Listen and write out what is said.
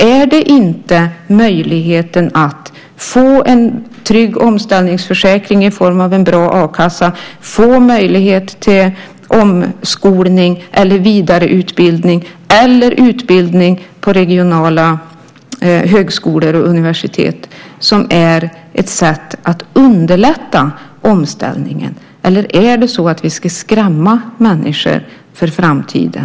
Är det inte möjligheten att få en trygg omställningsförsäkring i form av en bra a-kassa, möjligheten till omskolning eller vidareutbildning eller utbildning på regionala högskolor och universitet som är ett sätt att underlätta omställningen? Eller ska vi skrämma människor för framtiden?